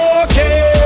okay